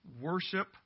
Worship